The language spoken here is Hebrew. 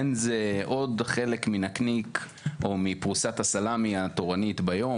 האם זה עוד חלק מנקניק או מפרוסת הסלמי התורנית ביום,